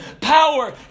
power